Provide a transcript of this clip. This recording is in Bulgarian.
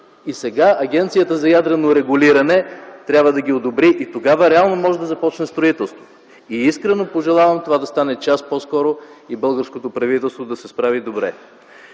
Сега Агенцията за ядрено регулиране трябва да ги одобри и тогава реално може да започне строителството. Искрено пожелавам това да стане час по-скоро и българското правителство да се справи добре.